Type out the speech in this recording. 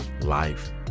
life